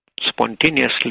spontaneously